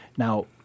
Now